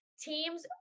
teams